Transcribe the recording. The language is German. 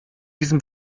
diesem